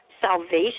salvation